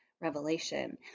Revelation